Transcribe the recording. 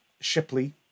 shipley